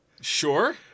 Sure